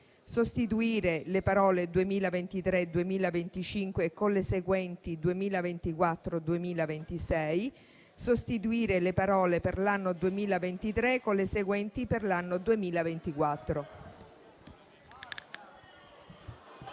sostituire le parole: "2023-2025" con le seguenti: "2024-2026"; sostituire le parole: "per l'anno 2023" con le seguenti: "per l'anno 2024".